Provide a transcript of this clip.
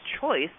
choice